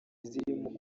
zirimo